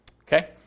Okay